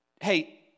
hey